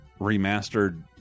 remastered